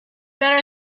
better